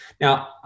Now